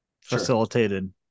facilitated